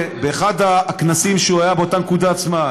באחד הכנסים שהוא היה בהם באותה נקודת זמן,